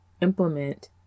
implement